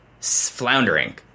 floundering